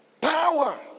power